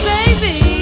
Baby